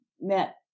met